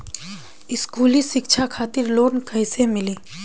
स्कूली शिक्षा खातिर लोन कैसे मिली?